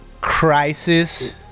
crisis